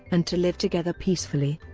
and to live together peacefully.